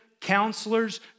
counselors